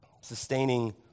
Sustaining